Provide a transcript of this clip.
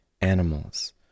animals